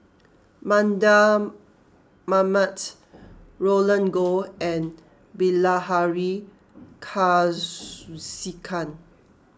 Mardan Mamat Roland Goh and Bilahari Kausikan